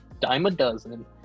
dime-a-dozen